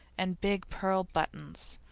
and big pearl buttons,